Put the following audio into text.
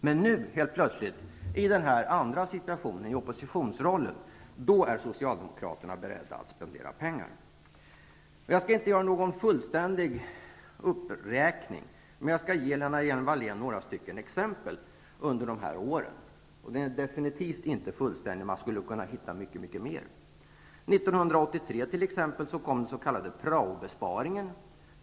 Men nu i den omvända situationen då Socialdemokraterna har oppositionsrollen är de beredda att spendera pengar. Jag skall inte göra någon fullständig uppräkning, men jag vill ge Lena Hjelm-Wallén några exempel på besparingsåtgärder under de socialdemokratiska åren. Listan är definitivt inte fullständig. Man skulle kunna räkna upp mycket mera. Den s.k. praobesparingen genomfördes 1983.